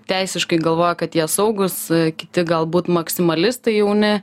teisiškai galvoja kad jie saugūs kiti galbūt maksimalistai jauni